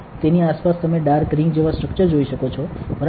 તેની આસપાસ તમે ડાર્ક રીંગ જેવા સ્ટ્રક્ચર જોઈ શકો છો બરાબર